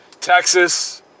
Texas